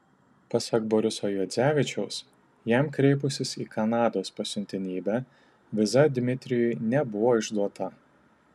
pasak boriso juodzevičiaus jam kreipusis į kanados pasiuntinybę viza dmitrijui nebebuvo išduota